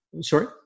Sorry